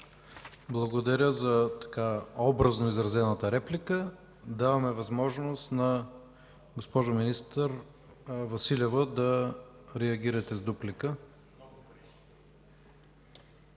Благодаря за образно изразената реплика. Даваме възможност, министър Василева, да реагирате с дуплика.